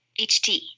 HT